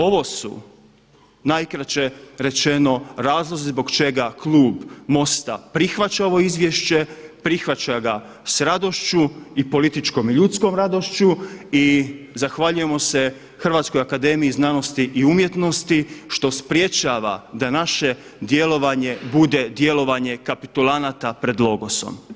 Ovo su najkraće rečeno razlozi zbog čega Klub MOST-a prihvaća ovo izvješće, prihvaća ga s radošću i političkom ljudskom radošću i zahvaljujemo se Hrvatskoj akademiji znanosti i umjetnosti što sprječava da naše djelovanje bude djelovanje kapitulanata pred logosom.